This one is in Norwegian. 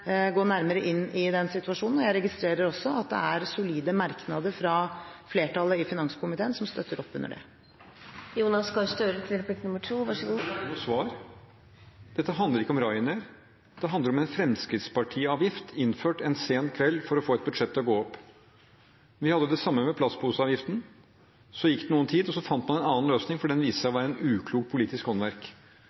gå nærmere inn i den situasjonen. Jeg registrerer også at det er solide merknader fra flertallet i finanskomiteen som støtter opp under det. Dette er ikke noe svar. Dette handler ikke om Ryanair. Det handler om en Fremskrittsparti-avgift innført en sen kveld for å få et budsjett til å gå opp. Vi hadde det samme med plastposeavgiften. Så gikk det noe tid, og man fant en annen løsning, for avgiften viste seg å være uklokt politisk håndverk. Så har man gjentatt et politisk håndverk